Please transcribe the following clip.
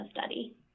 study